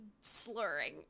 slurring